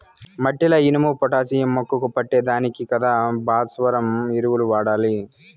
మట్టిల ఇనుము, పొటాషియం మొక్కకు పట్టే దానికి కదా భాస్వరం ఎరువులు వాడాలి